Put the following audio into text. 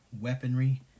weaponry